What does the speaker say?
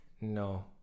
No